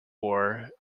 war